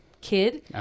kid